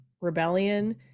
rebellion